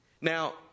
Now